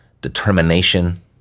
determination